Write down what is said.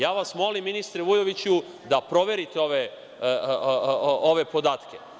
Ja vas molim, ministre Vujoviću, da proverite ove podatke.